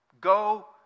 go